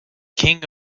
king